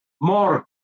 more